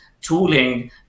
tooling